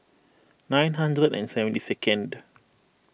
nine hundred and seventy second